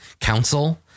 council